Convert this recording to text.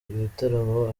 ibitaramo